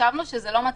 חשבנו שזה לא מתאים,